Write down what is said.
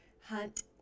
hunt